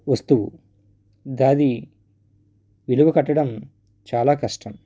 వస్తువు ద అది విలువ కట్టడం చాలా కష్టం